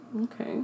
okay